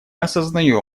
осознаем